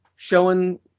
Showing